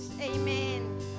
Amen